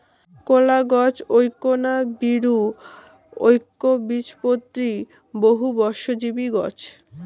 কলাগছ এ্যাকনা বীরু, এ্যাকবীজপত্রী, বহুবর্ষজীবী গছ